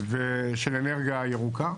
של אנרגיה ירוקה,